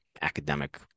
academic